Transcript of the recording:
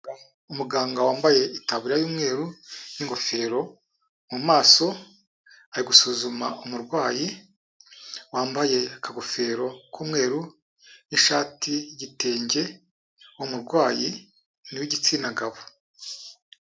Umuganga wambaye itaburiya y'umweru n'ingofero mu maso, ari gusuzuma umurwayi wambaye akagofero k'umweru n'ishati y'igitenge, umurwayi ni uw'igitsina gabo.